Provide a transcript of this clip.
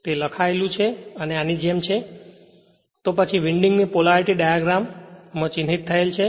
તેથી તે લખાયેલું છે અને આની જેમ છે તો પછી વિન્ડિંગની પોલેરિટી ડાયાગ્રામ માં ચિહ્નિત થયેલ છે